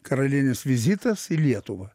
karalienės vizitas į lietuvą